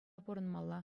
пурӑнмалла